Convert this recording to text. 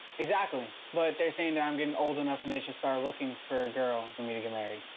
exactly! but they're saying that i'm getting old enough, and they should start looking for a girl for me to get married.